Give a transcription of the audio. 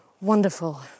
wonderful